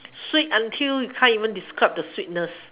sweet until you can't even describe the sweetness